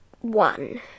One